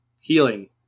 healing